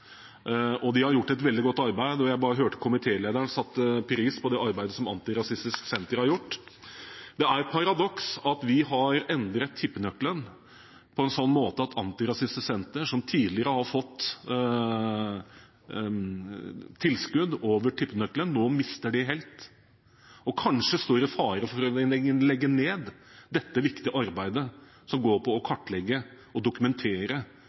De har gjort et veldig godt arbeid, og jeg hørte at komitélederen satte pris på arbeidet som Antirasistisk Senter har gjort. Det er et paradoks at vi har endret tippenøkkelen på en slik måte at Antirasistisk Senter, som tidligere har fått tilskudd over tippenøkkelen, nå mister det helt og kanskje står i fare for å måtte legge ned dette viktige arbeidet, som går ut på å kartlegge og dokumentere